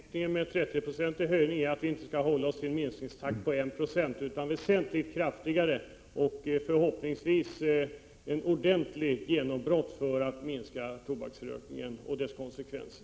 Herr talman! Avsikten med att vi föreslår en 30-procentig höjning är att minskningen av konsumtionen inte skall bli bara 1 96 utan att minskningen skall bli väsentligt mycket större och förhoppningsvis leda till ett ordentligt genombrott när det gäller minskningen av tobaksrökningen med dess konsekvenser.